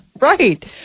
Right